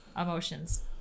emotions